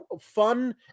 fun